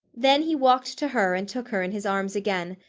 then he walked to her and took her in his arms again,